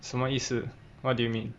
什么意思 what do you mean